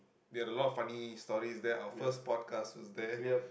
we had a lot of funny stories there our first podcast was there